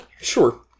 Sure